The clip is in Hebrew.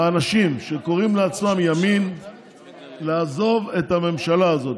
האנשים שקוראים לעצמם ימין לעזוב את הממשלה הזאת.